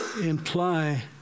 imply